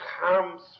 comes